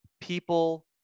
People